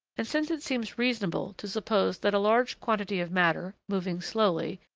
and since it seems reasonable to suppose that a large quantity of matter, moving slowly,